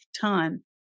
time